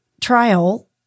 trial